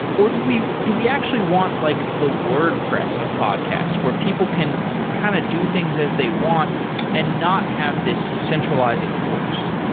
or do we do we actually want like the wordpress of podcast where people can kind of do things as they want and not have this centralizing force?